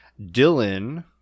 Dylan